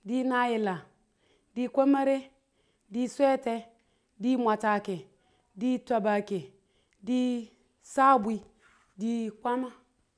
di nayila. di kwamare. di swete. di mwatake. di twabako. di sabwi. di kwama